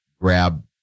grab